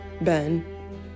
Ben